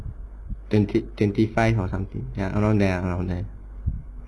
twenty twenty five or something ya around there around there